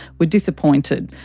were disappointed.